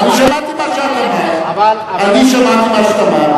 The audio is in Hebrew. אני יודעת, אבל לפחות, אני שמעתי את מה שאת אמרת.